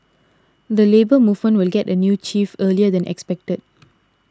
the Labour Movement will get a new chief earlier than expected